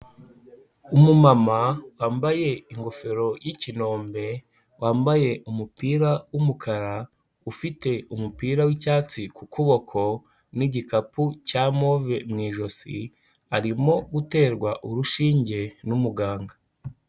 Umumama wambaye ingofero y'ikinombe, wambaye umupira w'umukara, ufite umupira w'icyatsi ku kuboko n'igikapu cya move mu ijosi, arimo guterwa urushinge n'umuganga.